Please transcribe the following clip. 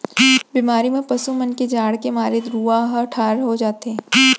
बेमारी म पसु मन के जाड़ के मारे रूआं ह ठाड़ हो जाथे